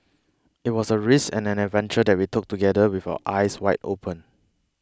it was a risk and an adventure that we took together with our eyes wide open